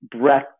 breath